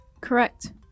Correct